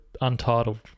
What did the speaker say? untitled